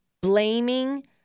blaming